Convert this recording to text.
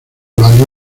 valió